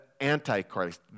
Antichrist